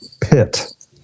pit